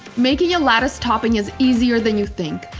making a lattice topping is easier than you think.